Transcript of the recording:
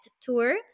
tour